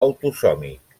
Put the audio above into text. autosòmic